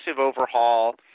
overhaul